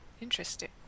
interesting